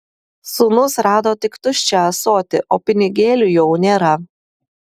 sūnus rado tik tuščią ąsotį o pinigėlių jau nėra